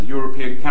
European